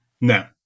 No